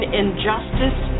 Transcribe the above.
injustice